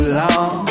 long